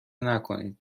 نکنید